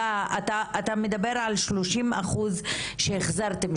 -- אתה מדבר על שלושים אחוז שהחזרתם,